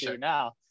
now